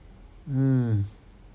mm